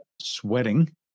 sweating